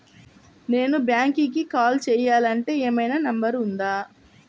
నేను బ్యాంక్కి కాల్ చేయాలంటే ఏమయినా నంబర్ ఉందా?